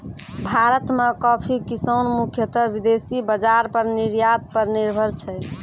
भारत मॅ कॉफी किसान मुख्यतः विदेशी बाजार पर निर्यात पर निर्भर छै